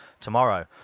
tomorrow